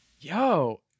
Yo